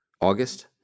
August